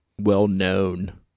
well-known